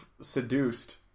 seduced